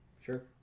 Sure